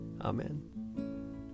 Amen